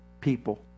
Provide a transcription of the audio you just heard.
people